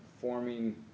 forming